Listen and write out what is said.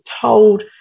told